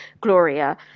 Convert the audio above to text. Gloria